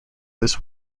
this